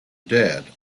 dead